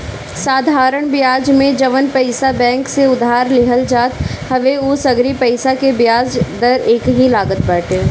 साधरण बियाज में जवन पईसा बैंक से उधार लेहल जात हवे उ सगरी पईसा के बियाज दर एकही लागत बाटे